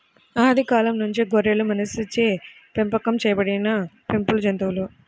ఆది కాలం నుంచే గొర్రెలు మనిషిచే పెంపకం చేయబడిన పెంపుడు జంతువులు